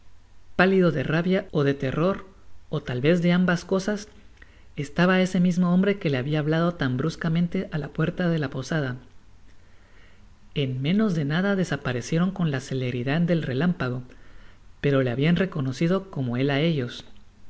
pálido de rabia ó de terror ó tal vez de ambas cosas estaba ese mismo hombre que le habia hablado tan bruscamente á la puerta de la posada en menos de nada desaparecieron con la celeridad del reláin pago pero le habian reconocido como él á ellos